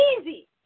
easy